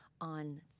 on